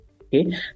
okay